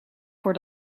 voor